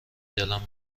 دلم